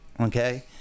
Okay